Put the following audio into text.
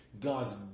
God's